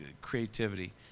creativity